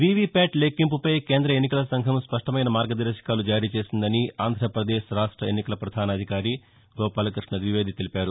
VVPAT లెక్కింపుపై కేంద్ర ఎన్నికల సంఘం స్పష్టమైన మార్గదర్భకాలు జారీ చేసిందని ఆంధ్రప్రదేశ్ రాష్ట ఎన్నికల పధాన అధికారి గోపాలక్బష్ణ ద్వివేది తెలిపారు